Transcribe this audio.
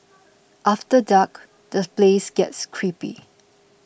after dark the place gets creepy